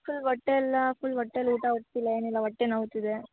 sir ಹೊಟ್ಟೆ ಎಲ್ಲ full ಹೊಟ್ಟೆಲ್ ಊಟ ಹೋಗ್ತಿಲ್ಲ ಏನಿಲ್ಲ ಹೊಟ್ಟೆ ನೋಯ್ತಿದೆ